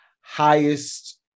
highest